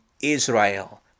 Israel